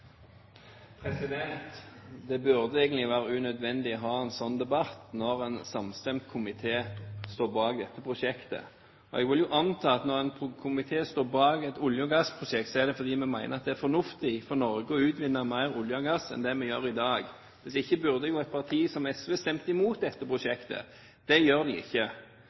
Det burde egentlig være unødvendig å ha en slik debatt når en samstemt komité står bak dette prosjektet. Jeg vil jo anta at når en komité står bak et olje- og gassprosjekt, er det fordi vi mener det er fornuftig for Norge å utvinne mer olje og gass enn det man gjør i dag. Hvis ikke burde jo et parti som SV stemt imot dette prosjektet. Det gjør de ikke.